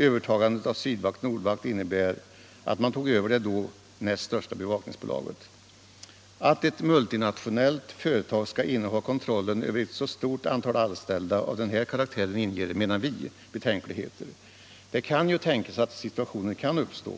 Övertagandet av Sydvakt/Nordvakt innebar att man tog över det då näst största bevakningsbolaget. Att ett multinationellt företag skall inneha kontrollen över ett så stort antal anställda av den här karaktären inger, menar vi, betänkligheter. Det kan ju tänkas att situationer kan uppstå